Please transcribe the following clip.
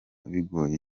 bigoye